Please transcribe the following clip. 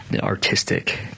artistic